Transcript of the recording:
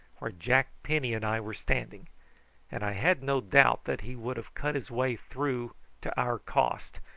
where jack penny and i were standing and i have no doubt that he would have cut his way through to our cost,